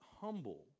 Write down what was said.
humble